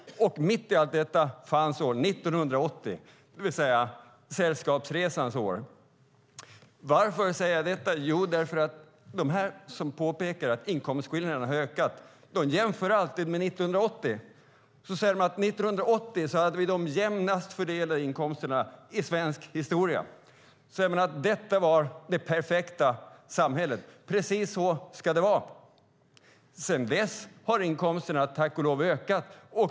Mitt i allt detta fanns år 1980, Sällskapsresans år. Varför säger jag då detta? Jo, jag säger det därför att de som påpekar att inkomstskillnaderna ökat alltid jämför med år 1980. De säger: År 1980 hade vi de jämnast fördelade inkomsterna i svensk historia. De säger att det då var det perfekta samhället, att precis så skulle det vara. Sedan dess har inkomsterna, tack och lov, ökat.